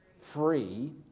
free